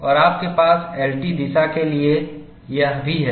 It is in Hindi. और आपके पास LT दिशा के लिए यह है